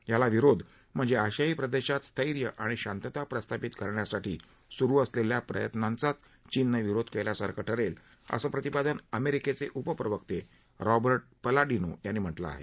याला विरोध म्हणजे आशियाई प्रदेशात स्थैर्य आणि शांतता प्रस्थापित करण्यासाठी सुरु असलेल्या प्रयत्नांचाच चीननं विरोध केल्यासारखं ठरेल असं प्रतिपादन अमेरिकेचे उपप्रवक्ते रॉबर्ट पलाडिनो यांनी म्हटलं आहे